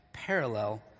parallel